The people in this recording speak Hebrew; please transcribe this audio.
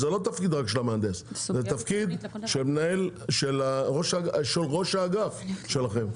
זה תפקיד של ראש האגף שלכם,